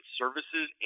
services